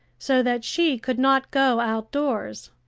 so that she could not go outdoors.